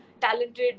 talented